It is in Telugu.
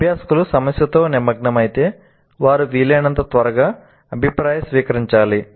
అభ్యాసకులు సమస్యతో నిమగ్నమైతే వారు వీలైనంత త్వరగా అభిప్రాయాన్ని స్వీకరించాలి